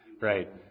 Right